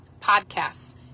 podcasts